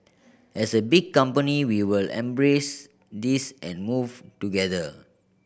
as a big company we will embrace this and move together